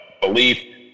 belief